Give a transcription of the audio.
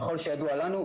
ככל שידוע לנו,